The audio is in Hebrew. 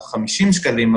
רק 50 שקלים,